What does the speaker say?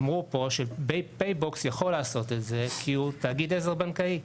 אמרו פה שפייבוקס יכול לעשות את זה כי הוא תאגיד עזר בנקאי.